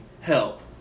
help